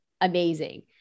amazing